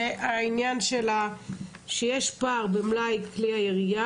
זה העניין שיש פער במלאי כלי הירייה,